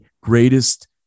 greatest